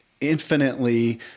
infinitely